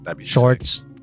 shorts